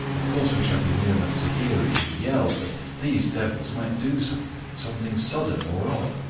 of course we shall be near enough to hear if you yell, but these devils might do something something sudden or odd.